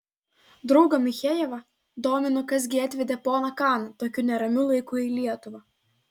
draugą michejevą domino kas gi atvedė poną kaną tokiu neramiu laiku į lietuvą